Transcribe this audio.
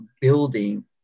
building